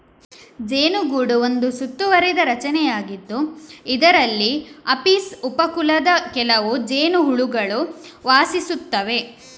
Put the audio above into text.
ಜೇನುಗೂಡು ಒಂದು ಸುತ್ತುವರಿದ ರಚನೆಯಾಗಿದ್ದು, ಇದರಲ್ಲಿ ಅಪಿಸ್ ಉಪ ಕುಲದ ಕೆಲವು ಜೇನುಹುಳುಗಳು ವಾಸಿಸುತ್ತವೆ